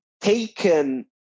taken